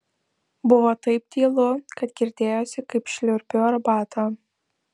buvo taip tylu kad girdėjosi kaip šliurpiu arbatą